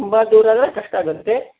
ತುಂಬ ದೂರ ಆದರೆ ಕಷ್ಟ ಆಗುತ್ತೆ